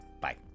Bye